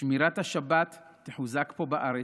שמירת השבת תחוזק פה בארץ,